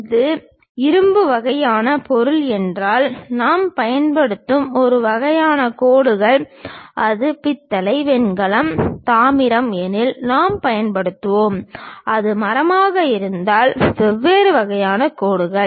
இது இரும்பு வகையான பொருள் என்றால் நாம் பயன்படுத்தும் ஒரு வகையான கோடுகள் அது பித்தளை வெண்கலம் தாமிரம் எனில் நாம் பயன்படுத்துவோம் அது மரமாக இருந்தால் வெவ்வேறு வகையான கோடுகள்